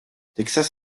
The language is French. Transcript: texas